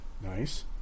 Nice